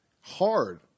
hard